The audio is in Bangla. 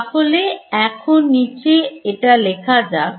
তাহলে এখন নিচে এটা লেখা যাক